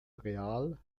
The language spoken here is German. real